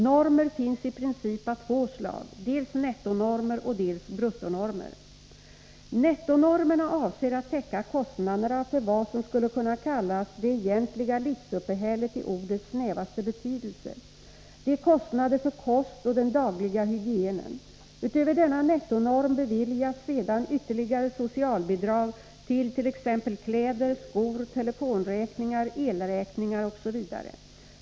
Normer finns i princip av två slag, dels nettonormer, dels bruttonormer. Nettonormerna avser att täcka kostnaderna för vad som skulle kunna kallas det egentliga livsuppehället i ordets snävaste betydelse. Det är kostnader för kost och den dagliga hygienen. Utöver denna nettonorm beviljas sedan ytterligare socialbidrag till t.ex. kläder, skor, telefonräkningar, elräkningar, osv.